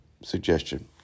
suggestion